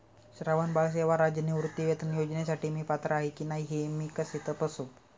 श्रावणबाळ सेवा राज्य निवृत्तीवेतन योजनेसाठी मी पात्र आहे की नाही हे मी कसे तपासू?